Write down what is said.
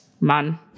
man